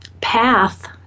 path